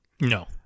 No